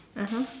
(uh huh)